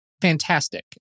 fantastic